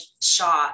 shot